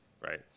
right